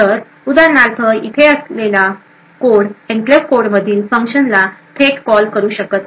तर उदाहरणार्थ येथे असलेला कोड एन्क्लेव्ह कोडमधील फंक्शनला थेट कॉल करू शकत नाही